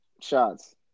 shots